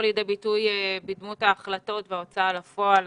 לידי ביטוי בדמות ההחלטות וההוצאה לפועל.